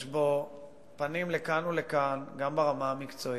ויש בו פנים לכאן ולכאן גם ברמה המקצועית.